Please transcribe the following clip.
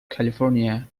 california